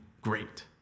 Great